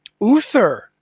Uther